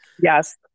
Yes